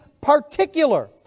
particular